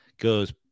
Goes